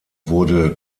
wurde